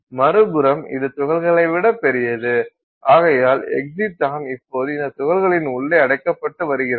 மறுபுறம் இது துகள்களை விட பெரியது ஆகையால் எக்ஸிடான் இப்போது இந்த துகள்கலின் உள்ளே அடைக்கப்பட்டு வருகிறது